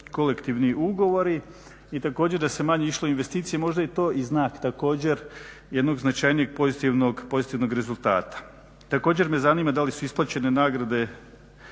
kolektivni ugovori i također da se manje išlo u investicije možda je to znak također jednog značajnijeg pozitivnog rezultata. Također me zanima da li su isplaćene nagrade